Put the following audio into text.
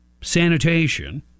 sanitation